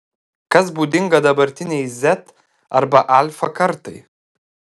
kas būdinga dabartinei z arba alfa kartai